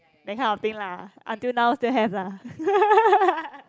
that kind of thing lah until now still have lah